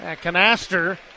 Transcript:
Canaster